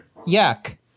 yuck